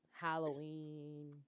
Halloween